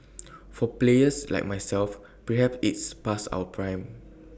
for players like myself perhaps it's past our prime